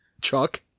chuck